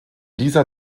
dieser